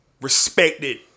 respected